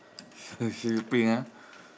so sleeping ah